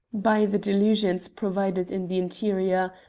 by the delusions provided in the interior,